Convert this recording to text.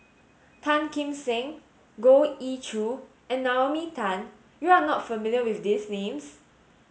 Tan Kim Seng Goh Ee Choo and Naomi Tan you are not familiar with these names